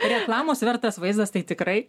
reklamos vertas vaizdas tai tikrai